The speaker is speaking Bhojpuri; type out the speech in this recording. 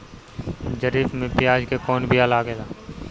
खरीफ में प्याज के कौन बीया लागेला?